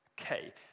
Okay